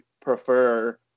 prefer